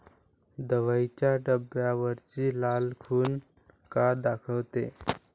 दवाईच्या डब्यावरची लाल खून का दाखवते?